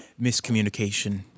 miscommunication